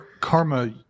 karma